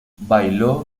bailó